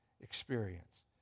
experience